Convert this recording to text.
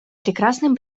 прекрасным